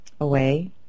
away